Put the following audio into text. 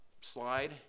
slide